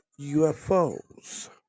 ufos